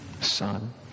son